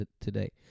today